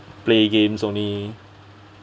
play games only